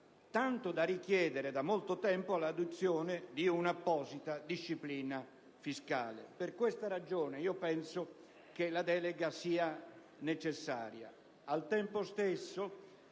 tanto da richiedere da molto tempo l'adozione di un'apposita disciplina fiscale. Per questa ragione io penso che la delega sia necessaria.